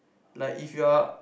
like if you are